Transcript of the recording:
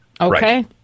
Okay